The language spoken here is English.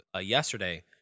yesterday